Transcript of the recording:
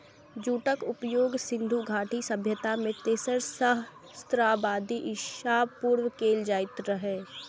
जूटक उपयोग सिंधु घाटी सभ्यता मे तेसर सहस्त्राब्दी ईसा पूर्व कैल जाइत रहै